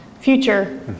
future